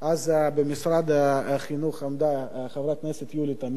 אז במשרד החינוך עמדה חברת הכנסת יולי תמיר.